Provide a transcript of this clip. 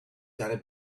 gotta